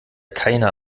keine